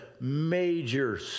major